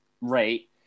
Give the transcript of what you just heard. rate